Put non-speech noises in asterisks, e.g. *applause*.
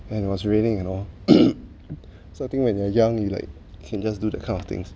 and it was raining and all *coughs* so I think when you're young you like can just do that kind of things